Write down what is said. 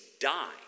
die